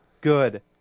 good